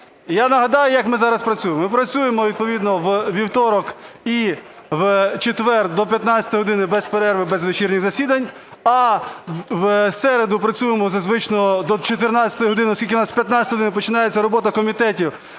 Я нагадаю, як ми зараз працюємо: ми працюємо відповідно у вівторок і четвер до 15 години без перерви, без вечірніх засідань, а в середу працюємо зазвичай до 14 години, оскільки у нас о 15 годині починається робота комітетів,